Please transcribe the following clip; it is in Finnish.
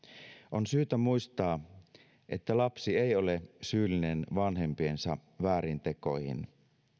on syytä muistaa että lapsi ei ole syyllinen vanhempiensa vääriin tekoihin